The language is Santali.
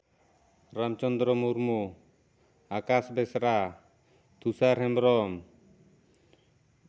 ᱨᱟᱢᱪᱚᱱᱫᱨᱚ ᱢᱩᱨᱢᱩ ᱟᱠᱟᱥ ᱵᱮᱥᱨᱟ ᱛᱩᱥᱟᱨ ᱦᱮᱢᱵᱨᱚᱢ